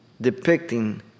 depicting